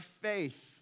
faith